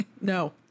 No